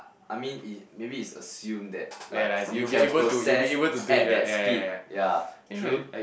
I mean it maybe it's assumed that like you can process at that speed ya true